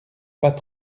pas